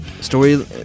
story